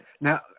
Now